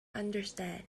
understand